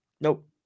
nope